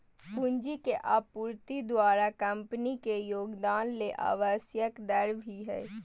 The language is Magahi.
पूंजी के आपूर्ति द्वारा कंपनी में योगदान ले आवश्यक दर भी हइ